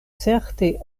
certe